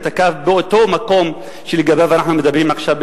הקו באותו מקום שעליו אנחנו מדברים עכשיו,